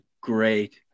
great